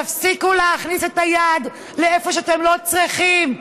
תפסיקו להכניס את היד לאיפה שאתם לא צריכים.